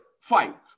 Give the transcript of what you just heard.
fight